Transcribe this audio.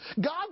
God